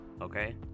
Okay